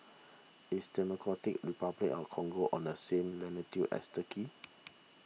is Democratic Republic on Congo on the same latitude as Turkey